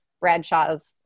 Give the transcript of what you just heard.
Bradshaw's